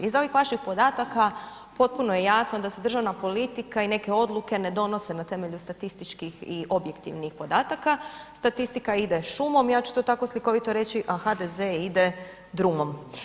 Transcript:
Iz ovih vaših podataka, potpuno je jasno da se državna politika i neke odluke ne donose na temelju statističkih i objektivnih podataka, statistika ide šumom, ja ću to tako slikovito reći, a HDZ ide drumom.